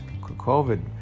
COVID